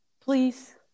Please